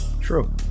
true